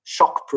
shockproof